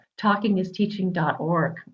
TalkingIsTeaching.org